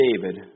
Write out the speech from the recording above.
David